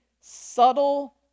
subtle